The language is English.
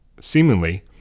seemingly